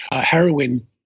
heroin